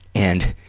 and,